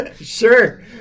Sure